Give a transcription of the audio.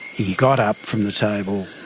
he got up from the table,